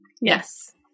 Yes